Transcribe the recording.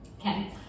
Okay